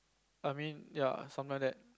I mean ya something like that